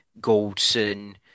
Goldson